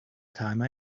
time